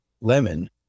lemon